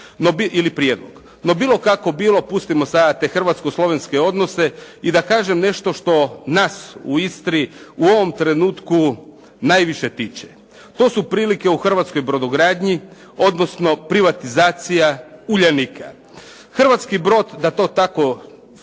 ili prijedlog. No, bilo kako bilo, pustimo sada te Hrvatsko-Slovenske odnose i da kažem nešto što nas u Istri u ovom trenutku najviše tiče. To su prilike u hrvatskoj brodogradnji, odnosno privatizacija "Uljanika". Hrvatski brod da to tako figurativno